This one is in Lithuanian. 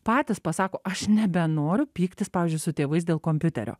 patys pasako aš nebenoriu pyktis pavyzdžiui su tėvais dėl kompiuterio